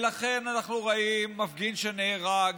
לכן אנחנו רואים מפגין שנהרג,